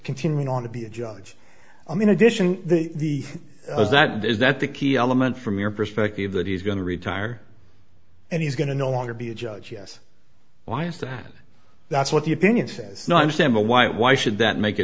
continuing on to be a judge i mean addition the that is that the key element from your perspective that he's going to retire and he's going to no longer be a judge yes why is that that's what the opinion says not understand why why should that make a